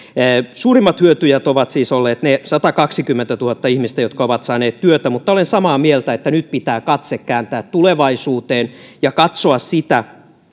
suurimmat hyötyjät ovat siis olleet ne satakaksikymmentätuhatta ihmistä jotka ovat saaneet työtä mutta olen samaa mieltä että nyt pitää katse kääntää tulevaisuuteen ja katsoa sitä